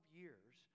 years